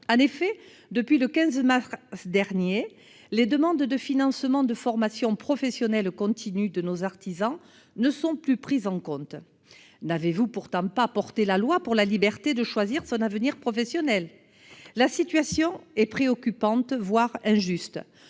En effet, depuis le 15 mars dernier, les demandes de financement de formation professionnelle continue de nos artisans ne sont plus prises en compte. N'êtes-vous pourtant pas à l'initiative de la loi pour la liberté de choisir son avenir professionnel ? La situation est néanmoins préoccupante, voire injuste